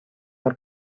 are